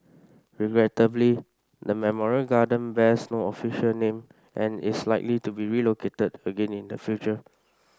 regrettably the memorial garden bears no official name and is likely to be relocated again in the future